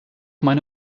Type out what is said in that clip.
meine